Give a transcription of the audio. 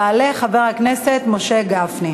יעלה חבר הכנסת משה גפני.